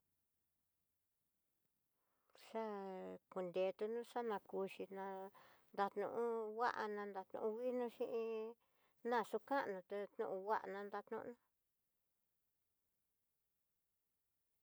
Xha konretuno xana kuxhi na dannu'u nguana nrató nguinoxhi iin na xu kanná tenóo nguana nranioná.